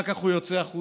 אחר כך הוא יוצא החוצה